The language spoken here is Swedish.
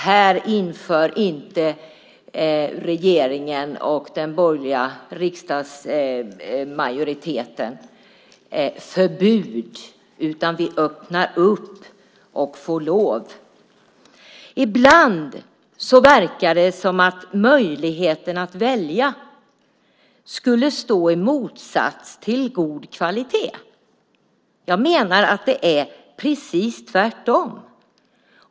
Här inför inte regeringen och den borgerliga riksdagsmajoriteten förbud, utan vi öppnar och får lov. Ibland verkar det som om möjligheten att välja skulle stå i motsats till god kvalitet. Jag menar att det är precis tvärtom.